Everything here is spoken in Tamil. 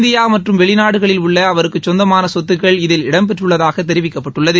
இந்தியா மற்றும் வெளிநாடுகளில் உள்ள அவருக்குச் சொந்தமான சொத்துக்கள் இதில் இடம்பெற்றுள்ளதாக தெரிவிக்கப்பட்டுள்ளது